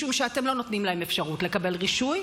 משום שאתם לא נותנים להם אפשרות לקבל רישוי,